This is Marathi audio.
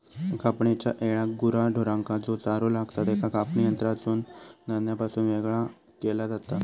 कापणेच्या येळाक गुरा ढोरांका जो चारो लागतां त्याका कापणी यंत्रासून धान्यापासून येगळा केला जाता